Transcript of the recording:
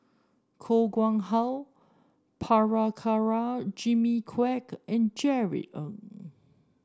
Koh Nguang How Prabhakara Jimmy Quek and Jerry Ng